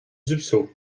dussopt